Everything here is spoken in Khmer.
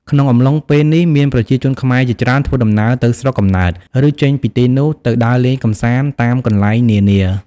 ក្នុងអំឡុងពេលនេះមានប្រជាជនខ្មែរជាច្រើនធ្វើដំណើរទៅស្រុកកំណើត ឬ ចេញពីទីនោះទៅដើរលេងកម្សាន្តតាមកន្លែងនានា។